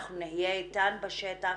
אנחנו נהיה איתן בשטח,